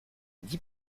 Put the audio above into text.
dis